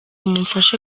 mumfashe